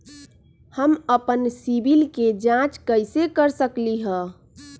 हम अपन सिबिल के जाँच कइसे कर सकली ह?